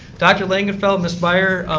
dr. langenfeld, ms. byer,